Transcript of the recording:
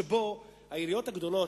שבה העיריות הגדולות,